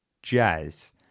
jazz